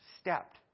stepped